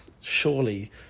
surely